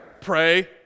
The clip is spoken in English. pray